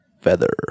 feather